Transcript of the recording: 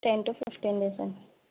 ten to fifteen days అండి